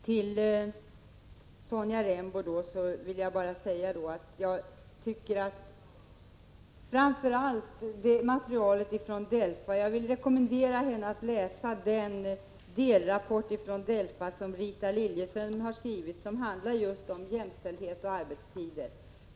Till Sonja Rembo vill jag bara säga att jag vill rekommendera henne att läsa den delrapport från DELFA som Rita Liljeström har skrivit och som handlar just om jämställdhet och arbetstider.